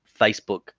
Facebook